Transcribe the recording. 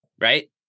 right